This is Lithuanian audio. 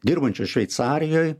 dirbančio šveicarijoj